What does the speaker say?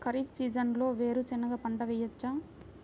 ఖరీఫ్ సీజన్లో వేరు శెనగ పంట వేయచ్చా?